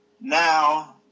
Now